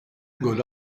good